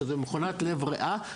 שזאת מכונת לב-ריאה,